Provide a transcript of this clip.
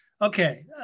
Okay